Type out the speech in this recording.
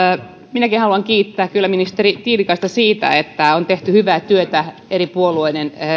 minäkin haluan kiittää kyllä ministeri tiilikaista siitä että on tehty hyvää työtä eri puolueiden